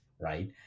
right